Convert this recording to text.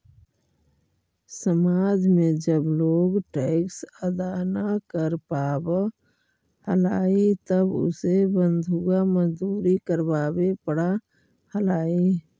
समाज में जब लोग टैक्स अदा न कर पावा हलाई तब उसे बंधुआ मजदूरी करवावे पड़ा हलाई